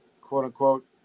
quote-unquote